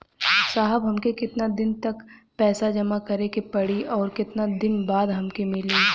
साहब हमके कितना दिन तक पैसा जमा करे के पड़ी और कितना दिन बाद हमके मिली?